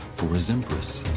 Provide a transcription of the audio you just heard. for his empress.